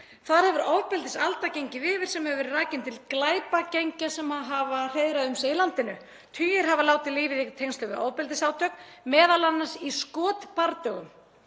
Þar hefur ofbeldisalda gengið yfir sem hefur verið rakin til glæpagengja sem hafa hreiðrað um sig í landinu. Tugir hafa látið lífið í tengslum við ofbeldisátök, m.a. í skotbardögum.